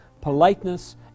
politeness